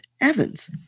Evans